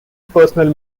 personal